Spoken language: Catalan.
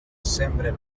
sembra